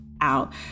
out